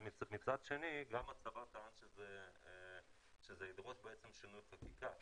מצד שני, גם הצבא טען שזה ידרוש בעצם שינוי חקיקה,